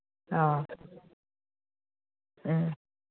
ꯑꯧ ꯎꯝ